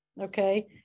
okay